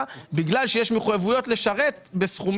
בגלל שיש מחוייבויות לשרת בסכומים כאלה.